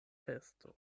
festo